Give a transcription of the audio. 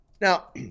Now